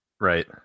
Right